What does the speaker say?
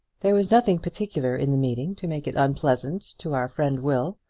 there was nothing particular in the meeting to make it unpleasant to our friend will.